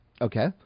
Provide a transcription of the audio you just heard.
Okay